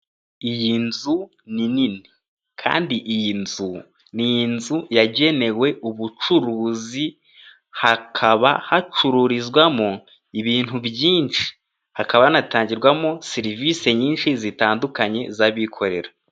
Iyi nzu ni nini kandi iyi nzu ni inzu yagenewe ubucuruzi hakaba hacururizwamo ibintu byinshi, hakaba hanatangirwamo serivisi nyinshi zitandukanye z'abikorera.